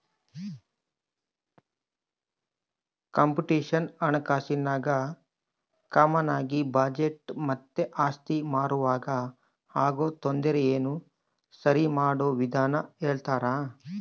computational ಹಣಕಾಸಿನಾಗ ಕಾಮಾನಾಗಿ budget ಮತ್ತೆ ಆಸ್ತಿ ಮಾರುವಾಗ ಆಗೋ ತೊಂದರೆನ ಸರಿಮಾಡೋ ವಿಧಾನ ಹೇಳ್ತರ